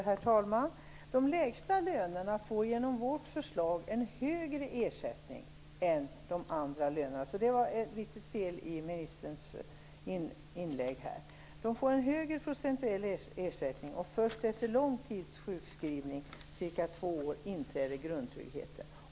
Herr talman! De med de lägsta lönerna får genom vårt förslag en högre ersättning än andra. Så det var ett litet fel i ministerns inlägg. De får en högre procentuell ersättning, och först efter lång tids sjukskrivning, ca 2 år, inträder grundtryggheten.